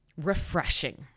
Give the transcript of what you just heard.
refreshing